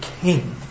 King